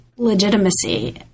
legitimacy